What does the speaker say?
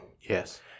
Yes